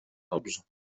dobrze